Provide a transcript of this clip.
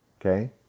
Okay